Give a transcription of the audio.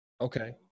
Okay